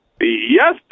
Yes